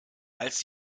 als